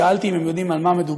שאלתי אם הם יודעים על מה מדובר.